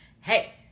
Hey